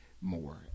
more